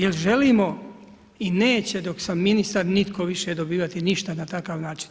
Jer želimo i neće dok sam ministar nitko više dobivati ništa na takav način.